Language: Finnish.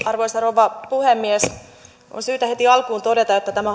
arvoisa rouva puhemies on syytä heti alkuun todeta että tämä